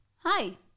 hi